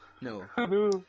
No